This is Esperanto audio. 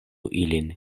ilin